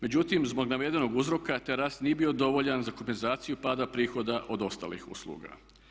Međutim, zbog navedenog uzroka taj rast nije bio dovoljan za kompenzaciju pada prihoda od ostalih usluga.